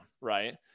Right